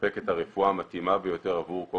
לספק את הרפואה המתאימה ביותר עבור כל